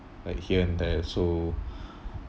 like here and there so